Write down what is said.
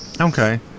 Okay